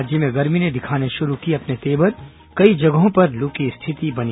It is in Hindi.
राज्य में गर्मी ने दिखाने शुरू किए अपने तेवर कई जगहों पर लू की स्थिति बनी